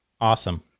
Awesome